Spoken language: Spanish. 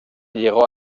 llegó